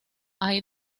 hay